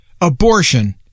abortion